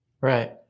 Right